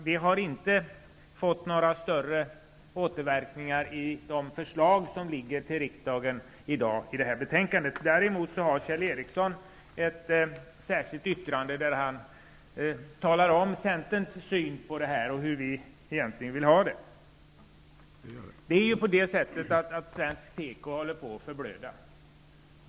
Det har inte fått några större återverkningar i de förslag i betänkandet som riksdagen skall ta ställning till i dag. Däremot har Kjell Ericsson fogat ett särskilt yttrande till betänkandet där han talar om Centerns syn på detta och hur vi i Centern vill ha det. Svensk tekoindustri håller på att förblöda.